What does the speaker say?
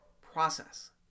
process